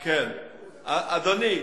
אדוני,